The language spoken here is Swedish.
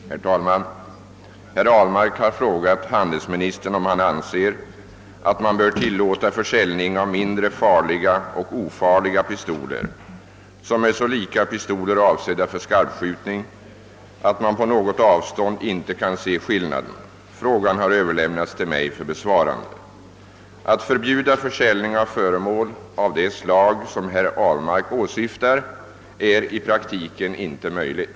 Herr talman! Herr Ahlmark har frågat handelsministern om han anser att man bör tillåta försäljning av mindre farliga och ofarliga pistoler som är så lika pistoler avsedda för skarpskjutning att man på något avstånd inte kan se skillnaden. Frågan har överlämnats till mig för besvarande. Att förbjuda försäljning av föremål av det slag som herr Ahlmark åsyftar är i praktiken inte möjligt.